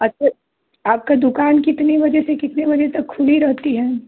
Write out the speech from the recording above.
आपकी दुक़ान कितने बजे से कितने बजे तक खुली रहती है